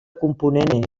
component